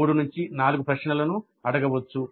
3 4 ప్రశ్నలను అడగవచ్చు